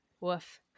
Woof